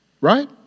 Right